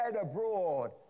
abroad